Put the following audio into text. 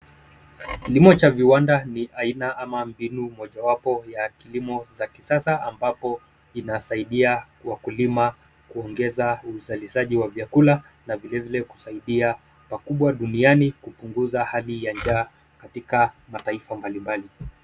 Kilimo cha viwanda ni aina ama mbinu moja wapo ya kilimo cha kisasa ambapo kinasaidia wakulima kuongeza uzalishaji wa vyakula na vilevile kusaidia pakubwa duniani kupunguza hali ya njaa katika mataifa mbalimbali.